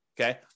okay